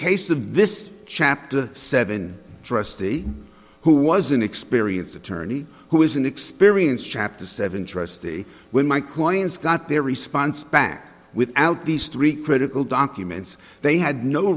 case of this chapter seven trustee who was an experienced attorney who is an experienced chapter seven trustee when my coins got their response back without these three critical documents they had no